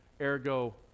Ergo